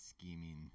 Scheming